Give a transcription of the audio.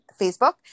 Facebook